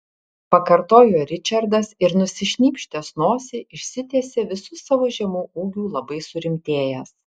pakartojo ričardas ir nusišnypštęs nosį išsitiesė visu savo žemu ūgiu labai surimtėjęs